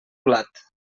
blat